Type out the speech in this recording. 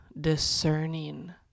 discerning